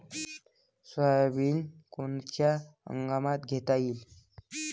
Soybean कोनच्या हंगामात घेता येईन?